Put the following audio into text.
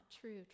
true